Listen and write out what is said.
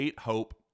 Hope